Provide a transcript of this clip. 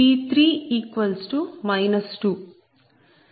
0